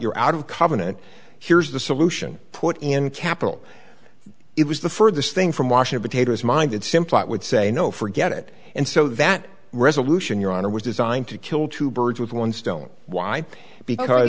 you're out of covenant here's the solution put in capital it was the furthest thing from washington taters mind that simplot would say no forget it and so that resolution your honor was designed to kill two birds with one stone why because